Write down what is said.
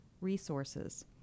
resources